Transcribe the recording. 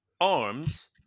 arms